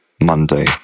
Monday